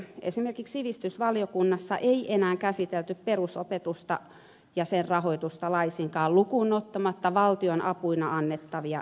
esimerkiksi sivistysvaliokunnassa ei enää käsitelty perusopetusta ja sen rahoitusta laisinkaan lukuun ottamatta valtionapuina annettavia eriä